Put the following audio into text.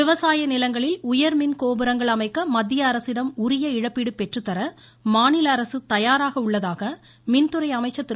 விவசாய நிலங்களில் உயர்மின் கோபுரங்கள் அமைக்க மத்திய அரசிடம் உரிய இழப்பீடு பெற்றுத்தர மாநில அரசு தயாராக உள்ளதாக மின்துறை அமைச்சர் திரு